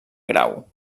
grau